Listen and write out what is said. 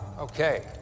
Okay